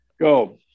go